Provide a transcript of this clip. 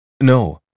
No